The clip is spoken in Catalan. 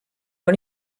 van